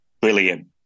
Brilliant